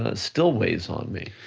ah still weighs on me.